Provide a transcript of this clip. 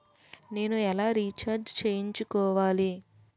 నేను ఎలా రీఛార్జ్ చేయించుకోవాలి?